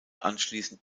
anschließend